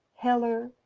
heller,